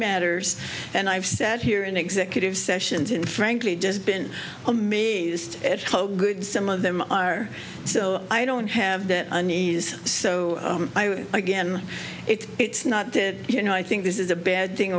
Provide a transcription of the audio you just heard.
matters and i've said here in executive sessions and frankly just been amazed at how good some of them are so i don't have that unease so again it's it's not good you know i think this is a bad thing